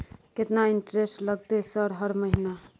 केतना इंटेरेस्ट लगतै सर हर महीना?